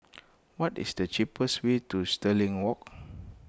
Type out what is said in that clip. what is the cheapest way to Stirling Walk